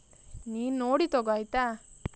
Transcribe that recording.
ನೀನು ನೋಡಿ ತಗೊ ಆಯಿತಾ